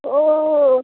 ओह